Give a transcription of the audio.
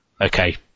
okay